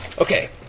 Okay